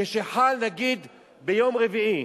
כשחל, נגיד, ביום רביעי,